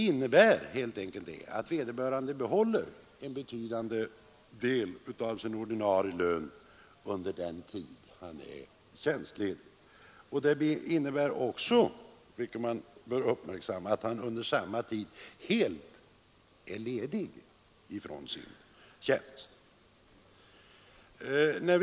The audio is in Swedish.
Det innebär helt enkelt att vederbörande behåller en betydande del av sin ordinarie lön under den tid han är tjänstledig. Det innebär också, vilket man bör uppmärksamma, att han under samma tid är helt ledig från sin tjänst.